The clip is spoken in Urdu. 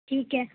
ٹھیک ہے